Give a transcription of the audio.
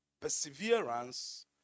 perseverance